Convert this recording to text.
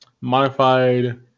modified